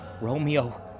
Romeo